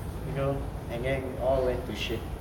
you know and then all went to shit